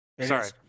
Sorry